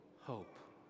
hope